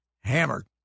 hammered